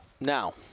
Now